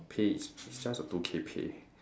pay it's just a two K pay